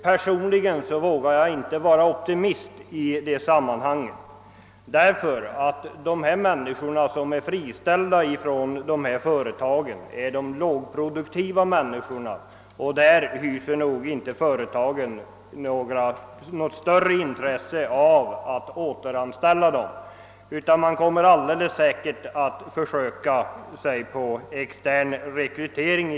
Personligen vågar jag inte vara optimistisk därvidlag, därför att de som friställs från dessa företag är de lågproduktiva människorna, och företagen hyser nog inte något intresse för att återanställa dem utan kommer alldeles säkert att försöka sig på extern rekrytering.